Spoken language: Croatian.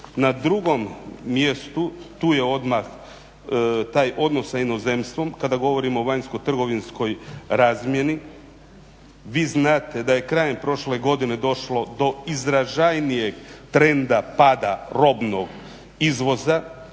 Na drugom mjestu tu je odmah taj odnos sa inozemstvom. Kada govorimo o vanjsko-trgovinskoj razmjeni, vi znate da je krajem prošle godine došlo do izražajnijeg trenda pada robnog izvoza